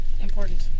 important